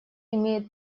имеет